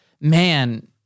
man